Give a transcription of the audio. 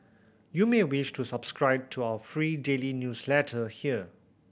you may wish to subscribe to our free daily newsletter here